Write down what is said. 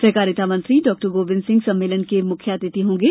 सहकारिता मंत्री डॉगोविन्द सिंह सम्मेलन के मुख्य अतिथि होंगे